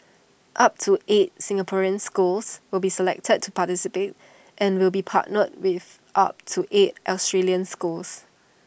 up to eight Singaporean schools will be selected to participate and will be partnered with up to eight Australian schools